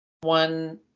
one